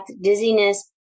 dizziness